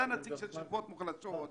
אתה נציג של שכבות מוחלשות.